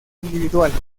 individuales